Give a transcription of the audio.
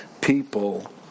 people